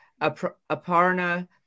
Aparna